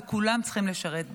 וכולם צריכים לשרת בצה"ל.